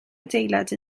adeilad